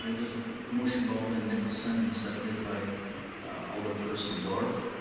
there's a motion by alderman nicholson and seconded by alderperson dorff.